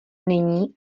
není